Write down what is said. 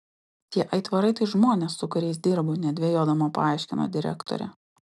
tie aitvarai tai žmonės su kuriais dirbu nedvejodama paaiškino direktorė